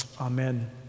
Amen